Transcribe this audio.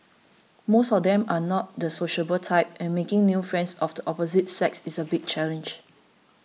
most of them are not the sociable type and making new friends of the opposite sex is a big challenge